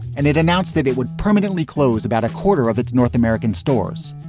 and it announced that it would permanently close about a quarter of its north american stores.